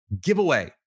giveaway